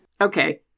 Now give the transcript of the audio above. okay